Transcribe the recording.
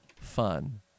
fun